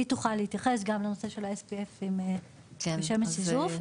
היא תוכל להתייחס גם לנושא של SPF עם שמן שיזוף,